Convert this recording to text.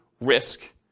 risk